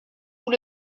vous